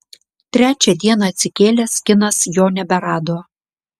trečią dieną atsikėlęs kinas jo neberado